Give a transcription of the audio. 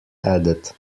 added